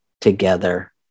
together